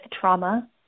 trauma